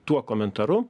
tuo komentaru